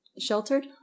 Sheltered